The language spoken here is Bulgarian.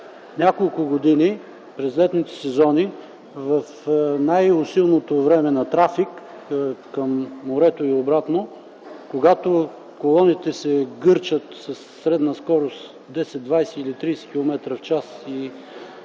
Няколко години през летните сезони, в най-усилното време на трафик към морето и обратно, колоните се гърчат със средна скорост 10, 20 или 30 км в час и